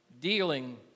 dealing